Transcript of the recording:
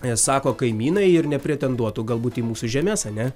sako kaimynai ir nepretenduotų galbūt į mūsų žemes ane